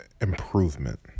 improvement